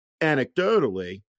anecdotally